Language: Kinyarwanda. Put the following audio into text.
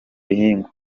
bihingwa